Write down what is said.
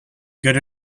good